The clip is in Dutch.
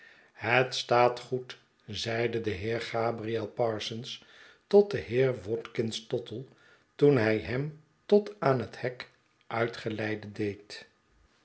het staat goed zeide de heer gabriel parsons tot den heer watkins tottle toen hij hem tot aan het hek uitgeleide deed